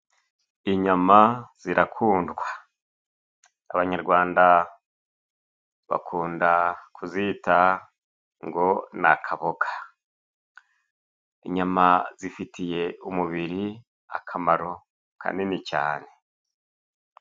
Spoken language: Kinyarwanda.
Inyama zirakundwa, abanyarwanda bakunda kuzita ngo ni akaboga. Inyama zifitiye umubiri akamaro kanini cyane.